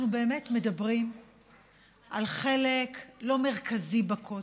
אנחנו באמת מדברים על חלק לא מרכזי בכותל,